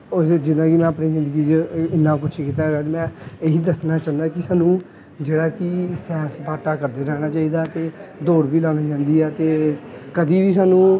ਉਹ ਜਿੱਦਾਂ ਕਿ ਮੈਂ ਆਪਣੀ ਜ਼ਿੰਦਗੀ 'ਚ ਇੰਨਾਂ ਕੁਝ ਕੀਤਾ ਹੈਗਾ ਕਿ ਮੈਂ ਇਹੀ ਦੱਸਣਾ ਚਾਹੁੰਦਾ ਕਿ ਸਾਨੂੰ ਜਿਹੜਾ ਕਿ ਸੈਰ ਸਪਾਟਾ ਕਰਦੇ ਰਹਿਣਾ ਚਾਹੀਦਾ ਅਤੇ ਦੌੜ ਵੀ ਲਾਉਣੀ ਚਾਹੀਦੀ ਆ ਅਤੇ ਕਦੇ ਵੀ ਸਾਨੂੰ